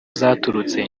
zaturutse